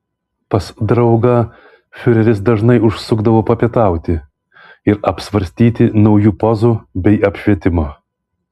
pas draugą fiureris dažnai užsukdavo papietauti ir apsvarstyti naujų pozų bei apšvietimo